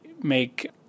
make